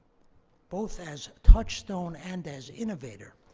both as touchstone and as innovator,